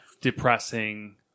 depressing